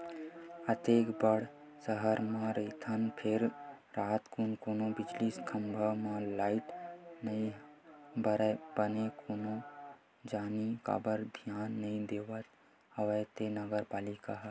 अतेक बड़ सहर म रहिथन फेर रातकुन कोनो बिजली खंभा म लाइट नइ बरय बने कोन जनी काबर धियान नइ देवत हवय ते नगर पालिका ह